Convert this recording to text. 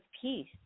peace